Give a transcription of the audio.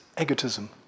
egotism